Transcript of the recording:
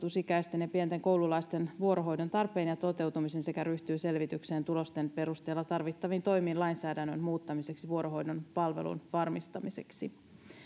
aikana varhaiskasvatusikäisten ja pienten koululaisten vuorohoidon tarpeen ja toteutumisen sekä ryhtyy selvityksen tulosten perusteella tarvittaviin toimiin lainsäädännön muuttamiseksi vuorohoidon palvelun varmistamiseksi